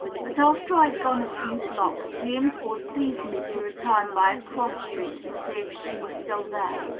but, after i had gone a few blocks, the impulse seized me to return by a cross street, and see if she were still there.